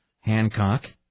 Hancock